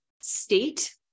state